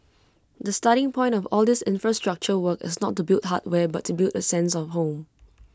the starting point of all these infrastructure work is not to build hardware but to build A sense of home